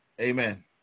Amen